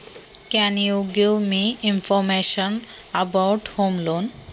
तुम्ही मला होम लोनची माहिती देऊ शकता का?